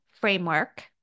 framework